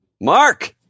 Mark